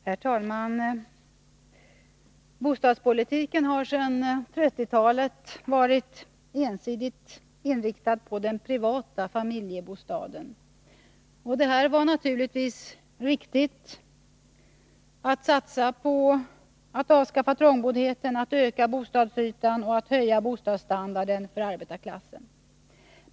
Herr talman! Bostadspolitiken har sedan 1930-talet varit ensidigt inriktad på den privata familjebostaden. Det var naturligtvis riktigt att satsa på att avskaffa trångboddheten, att öka bostadsytan och att höja bostadsstandarden för arbetarklassen.